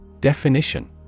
Definition